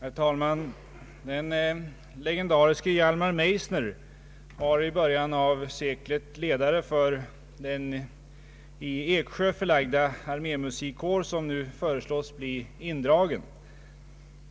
Herr talman! Den legendariske Hjalmar Meissner var i början av seklet ledare för den i Eksjö förlagda armémusikkåren, som nu föreslås bli indragen.